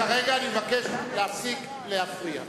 כרגע אני מבקש להפסיק להפריע.